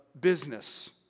business